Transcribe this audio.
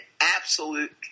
absolute